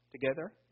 together